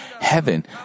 Heaven